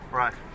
right